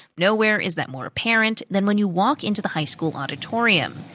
nowhere is that more apparent than when you walk into the high school auditorium,